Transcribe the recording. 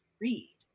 read